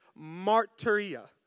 martyria